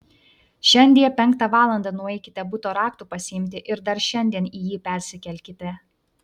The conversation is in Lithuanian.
šiandie penktą valandą nueikite buto raktų pasiimti ir dar šiandien į jį persikelkite